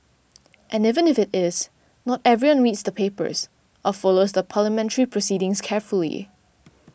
and even if it is not everyone reads the papers or follows the parliamentary proceedings carefully